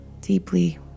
deeply